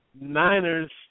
Niners